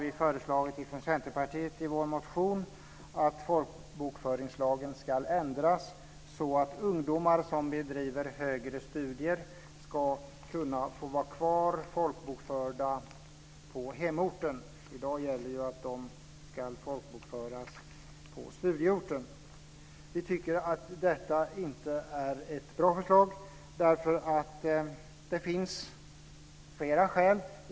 I Centerpartiets motion har vi föreslagit att folkbokföringslagen ska ändras så att ungdomar som bedriver högre studier ska kunna få ha kvar sin folkbokföring på hemorten. I dag gäller ju att de ska folkbokföras på studieorten. Vi tycker inte att detta är bra, och det av flera skäl.